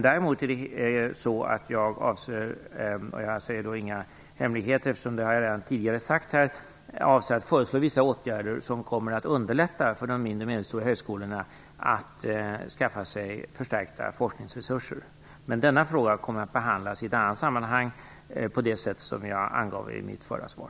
Däremot avser jag att - jag avslöjar nu inga hemligheter, eftersom jag redan tidigare har sagt detta - föreslå vissa åtgärder för att underlätta för de mindre och medelstora högskolorna att skaffa sig förstärkta forskningsresurser. Denna fråga kommer dock att behandlas i ett annat sammanhang, på det sätt som jag angav i mitt förra svar.